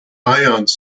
ions